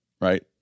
right